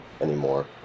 anymore